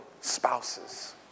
spouses